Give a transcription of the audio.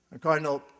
Cardinal